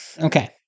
Okay